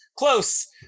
close